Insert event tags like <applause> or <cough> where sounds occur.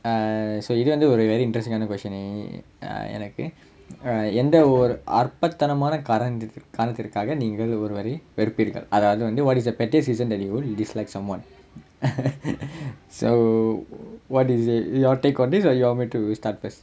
ah so you gonna do a very interesting ஆனா:aanaa question err எனக்கு எந்த ஓர் அர்ப்பதனமான காரணத்திற்கு காரணத்திற்காக நீங்கள் ஒருவரை வெறுப்பீர்கள் அதாவது வந்து:enakku entha or arppathanamaana kaaranathirkku kaaranathirtkaaga oruvarai veruppeergal athavathu vanthu what is the pettiest reason that you would dislike someone <laughs> so what is your take on this or you want me to start first